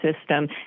system